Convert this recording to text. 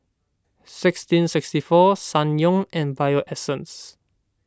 sixteen sixty four Ssangyong and Bio Essence